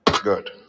Good